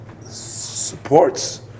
supports